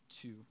two